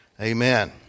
amen